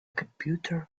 computer